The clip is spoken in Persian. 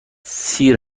سیر